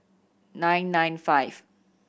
nine nine five